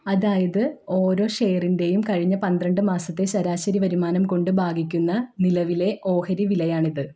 അതായത് ഓരോ ഷെയറിൻ്റെയും കഴിഞ്ഞ പന്ത്രണ്ട് മാസത്തെ ശരാശരി വരുമാനം കൊണ്ട് ഭാഗിക്കുന്ന നിലവിലെ ഓഹരി വിലയാണിത്